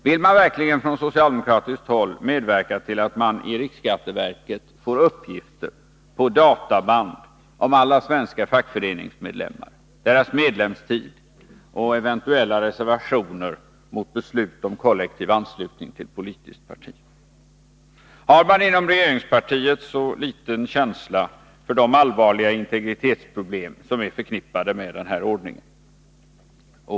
Vill verkligen socialdemokraterna medverka till att man i riksskatteverket får uppgifter på databand om alla svenska fackföreningsmedlemmar, deras medlemstid och eventuella reservationer mot beslut om kollektiv anslutning till politiskt parti? Har man inom regeringspartiet så liten känsla för de allvarliga integritetsproblem som är förknippade med denna ordning?